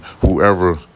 whoever